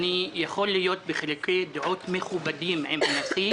אני יכול להיות בחילוקי דעות מכובדים עם הנשיא,